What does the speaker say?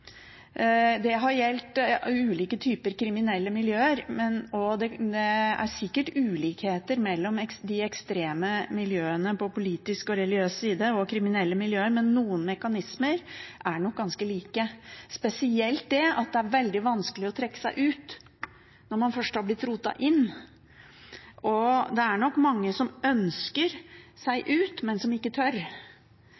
Det har gjeldt ulike typer kriminelle miljøer, og det er sikkert ulikheter mellom de ekstreme miljøene på politisk og religiøs side og de kriminelle miljøene, men noen mekanismer er nok ganske like – spesielt det at det er veldig vanskelig å trekke seg ut når man først har blitt rotet inn i det. Det er nok mange som ønsker seg ut, men som ikke tør.